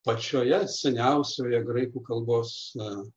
pačioje seniausioje graikų kalbos